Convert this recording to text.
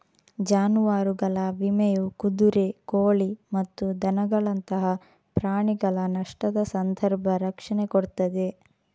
ಜಾನುವಾರುಗಳ ವಿಮೆಯು ಕುದುರೆ, ಕೋಳಿ ಮತ್ತು ದನಗಳಂತಹ ಪ್ರಾಣಿಗಳ ನಷ್ಟದ ಸಂದರ್ಭ ರಕ್ಷಣೆ ಕೊಡ್ತದೆ